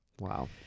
Wow